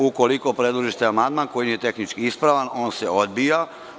Ukoliko predložite amandman koji nije tehnički ispravan, on se odbija.